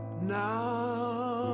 Now